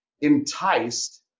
enticed